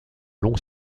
long